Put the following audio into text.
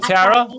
Tara